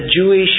Jewish